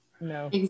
No